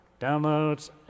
Downloads